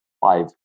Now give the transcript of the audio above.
five